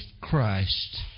Christ